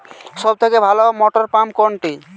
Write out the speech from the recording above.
সবথেকে ভালো মটরপাম্প কোনটি?